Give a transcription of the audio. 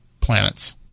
planets